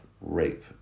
rape